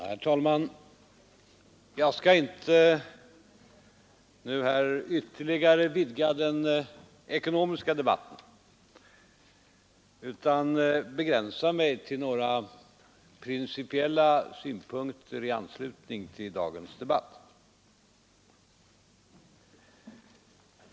Herr talman! Jag skall inte ytterligare utvidga den ekonomiska debatten utan begränsa mig till några principiella synpunkter i anslutning till dagens debatt.